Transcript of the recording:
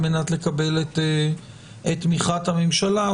על מנת לקבל את תמיכת הממשלה,